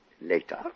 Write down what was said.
later